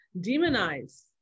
demonize